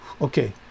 Okay